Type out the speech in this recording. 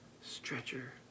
stretcher